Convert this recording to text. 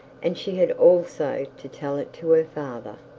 and she had also to tell it to her father.